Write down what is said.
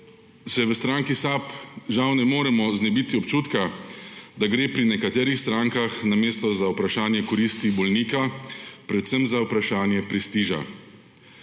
se v stranki SAB žal ne moremo znebiti občutka, da gre pri nekaterih strankah namesto za vprašanje koristi bolnika predvsem za vprašanje prestiža.